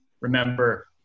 remember